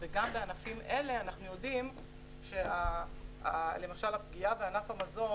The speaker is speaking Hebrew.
אנחנו יודעים שהפגיעה בענף המזון,